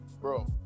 bro